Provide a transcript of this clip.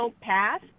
path